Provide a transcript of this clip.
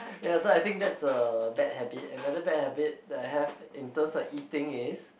ya so I think that a bad habit another bad habit that I have in term of eating is